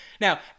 Now